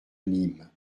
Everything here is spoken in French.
nîmes